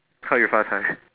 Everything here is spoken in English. how you 发财